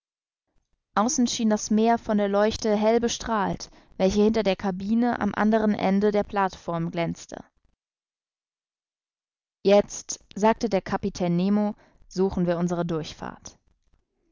außen schien das meer von der leuchte hell bestrahlt welche hinter der cabine am anderen ende der plateform glänzte jetzt sagte der kapitän nemo suchen wir unsere durchfahrt